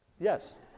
Yes